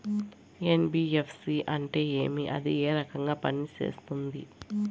NBFC అంటే ఏమి అది ఏ రకంగా పనిసేస్తుంది